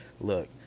look